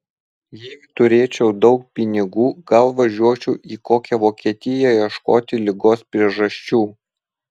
jei turėčiau daug pinigų gal važiuočiau į kokią vokietiją ieškoti ligos priežasčių